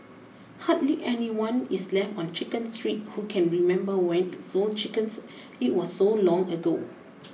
hardly anyone is left on Chicken Street who can remember when it sold chickens it was so long ago